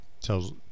tells